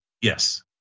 Yes